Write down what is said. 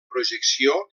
projecció